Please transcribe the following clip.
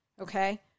Okay